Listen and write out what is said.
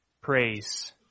praise